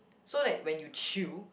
so that when you chew